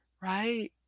right